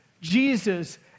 Jesus